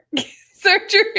surgery